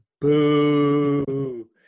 Boo